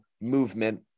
movement